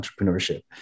entrepreneurship